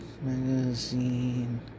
Magazine